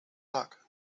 luck